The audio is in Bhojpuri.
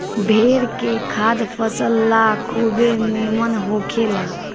भेड़ के खाद फसल ला खुबे निमन होखेला